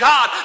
God